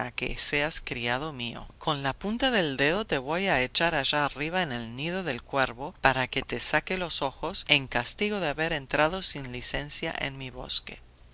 que seas criado mío con la punta del dedo te voy a echar allá arriba en el nido del cuervo para que te saque los ojos en castigo de haber entrado sin licencia en mi bosque